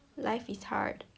like is hard